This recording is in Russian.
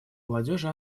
молодежи